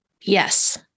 Yes